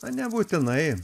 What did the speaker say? na nebūtinai